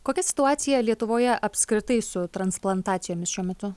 kokia situacija lietuvoje apskritai su transplantacijomis šiuo metu